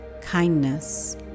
kindness